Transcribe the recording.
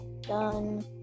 Done